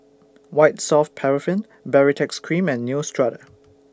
White Soft Paraffin Baritex Cream and Neostrata